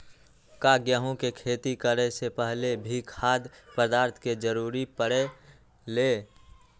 का गेहूं के खेती करे से पहले भी खाद्य पदार्थ के जरूरी परे ले?